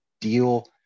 deal